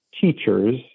teachers